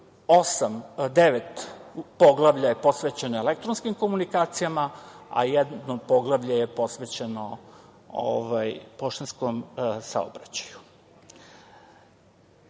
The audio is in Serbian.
poglavlja je posvećeno elektronskim komunikacijama, a jedno poglavlje je posvećeno poštanskom saobraćaju. Eto,